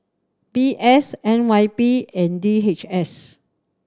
V S N Y P and D H S